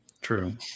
True